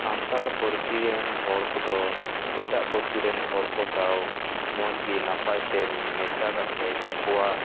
ᱥᱟᱱᱛᱟᱲ ᱯᱟᱹᱨᱥᱤ ᱨᱮᱱ ᱦᱚᱲ ᱠᱚᱫᱚ ᱮᱴᱟᱜ ᱯᱟᱹᱨᱥᱤ ᱨᱮᱱ ᱦᱚᱲ ᱠᱚ ᱥᱟᱶ ᱢᱚᱡᱽ ᱜᱮ ᱱᱟᱯᱟᱭ ᱛᱮ ᱢᱮᱥᱟ ᱠᱟᱛᱮᱫ ᱩᱱᱠᱩᱣᱟᱜ